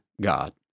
God